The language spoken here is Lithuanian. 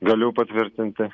galiu patvirtinti